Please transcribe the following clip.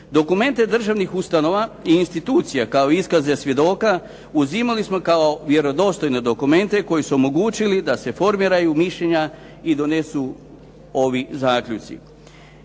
Dokumente državnih ustanova i institucija kao iskaze svjedoka uzimali smo kao vjerodostojne dokumente koji su omogućili da se formiraju mišljenja i donesu ovi zaključci.